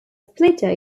splitter